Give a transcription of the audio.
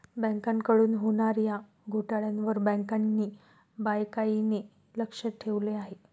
बँकांकडून होणार्या घोटाळ्यांवर बँकांनी बारकाईने लक्ष ठेवले आहे